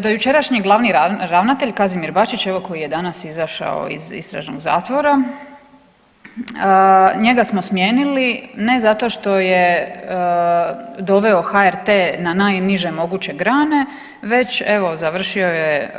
Dojučerašnji glavni ravnatelj Kazimir Bačić koji je danas izašao iz istražnog zatvora njega smo smijenili ne zato što je doveo HRT na najniže moguće grane već evo završio je